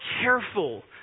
careful